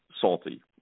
salty